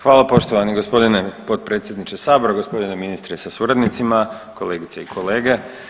Hvala poštovani gospodine potpredsjedniče Sabora, gospodine ministre sa suradnicima, kolegice i kolege.